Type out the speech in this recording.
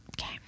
Okay